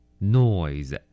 Noise